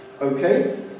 Okay